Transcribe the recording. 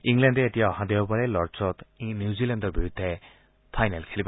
ইংলেণ্ডে এতিয়া অহা দেওবাৰে লৰ্ডছত নিউজিলেণ্ডৰ বিৰুদ্ধে ফাইনেল খেলিব